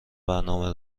برنامه